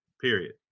period